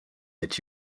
that